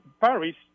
Paris